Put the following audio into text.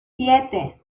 siete